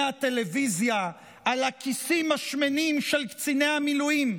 הטלוויזיה על הכיסים השמנים של קציני המילואים,